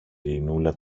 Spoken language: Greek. ειρηνούλα